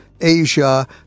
Asia